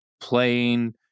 playing